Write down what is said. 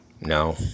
No